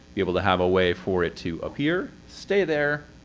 be able to have a way for it to appear, stay there,